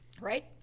Right